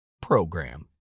PROGRAM